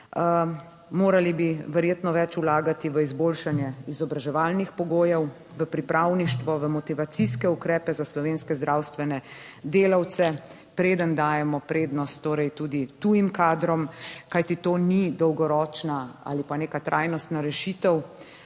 Morali bi verjetno več vlagati v izboljšanje izobraževalnih pogojev, v pripravništvo, v motivacijske ukrepe za slovenske zdravstvene delavce. preden dajemo prednost torej tudi tujim kadrom, kajti to ni dolgoročna ali pa neka trajnostna rešitev.